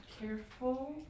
Careful